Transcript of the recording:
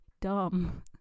Dumb